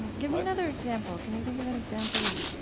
give me another example. can you think of an example of,